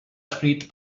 escrit